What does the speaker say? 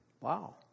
Wow